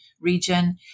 region